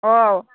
औ